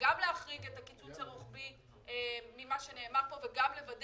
גם להחריג את הקיצוץ הרוחבי ממה שנאמר פה וגם לוודא